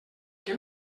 que